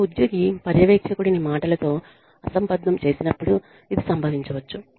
ఒక ఉద్యోగి పర్యవేక్షకుడిని మాటలతో అసంబద్ధం చేసినప్పుడు ఇది సంభవించవచ్చు